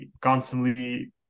constantly